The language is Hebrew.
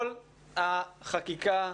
כל החקיקה,